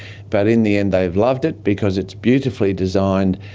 but in the end they've loved it because it's beautifully designed,